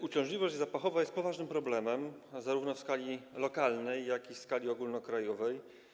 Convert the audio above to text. Uciążliwość zapachowa jest poważnym problemem zarówno w skali lokalnej, jak i w skali ogólnokrajowej.